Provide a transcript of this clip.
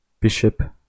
bishop